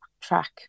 track